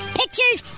pictures